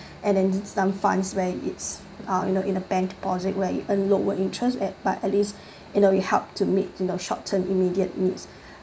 and then some funds where it's uh you know in a bank deposit where you earn lower interest at but at least you know we help to meet in the short term immediate needs